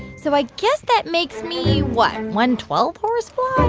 so i guess that makes me what? one-twelfth horsefly?